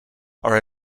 are